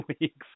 weeks